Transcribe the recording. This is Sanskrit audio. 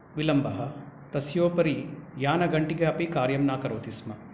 विलम्बः तस्योपरि यानघण्टिका अपि कार्यं न करोति स्म